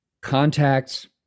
contacts